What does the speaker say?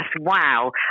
wow